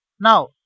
Now